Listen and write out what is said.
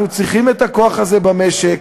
אנחנו צריכים את הכוח הזה במשק,